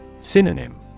Synonym